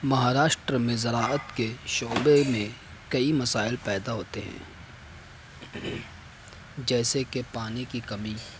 مہاراشٹر میں زراعت کے شعبے میں کئی مسائل پیدا ہوتے ہیں جیسےکہ پانی کی کمی